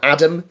Adam